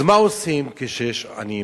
אז מה עושים כשיש עוני בישראל?